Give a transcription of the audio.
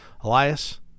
Elias